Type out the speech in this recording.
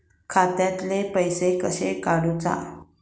खात्यातले पैसे कशे काडूचा?